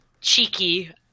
cheeky